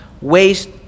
waste